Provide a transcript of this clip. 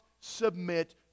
submit